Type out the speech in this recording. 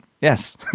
Yes